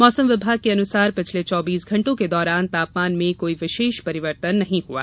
मौसम विभाग के अनुसार पिछले चौबीस घण्टे के दौरान तापमान में कोई विशेष परिवर्तन नहीं हुआ